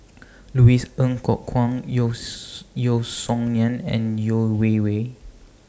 Louis Ng Kok Kwang Yeo Yeo Song Nian and Yeo Wei Wei